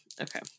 okay